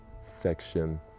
section